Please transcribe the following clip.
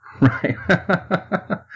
right